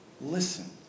Listen